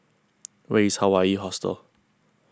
where is Hawaii Hostel